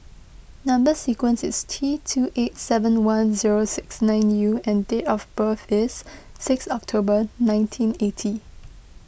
Number Sequence is T two eight seven one zero six nine U and date of birth is six October nineteen eighty